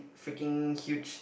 freaking huge